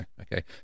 okay